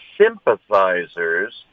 sympathizers